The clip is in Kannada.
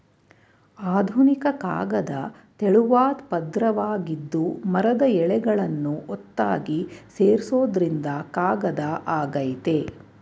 ಆಧುನಿಕ ಕಾಗದ ತೆಳುವಾದ್ ಪದ್ರವಾಗಿದ್ದು ಮರದ ಎಳೆಗಳನ್ನು ಒತ್ತಾಗಿ ಸೇರ್ಸೋದ್ರಿಂದ ಕಾಗದ ಆಗಯ್ತೆ